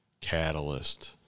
catalyst